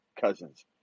Cousins